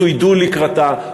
צוידו לקראתה,